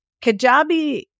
Kajabi